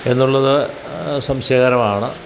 എന്നുള്ളത് സംശയകരമാണ്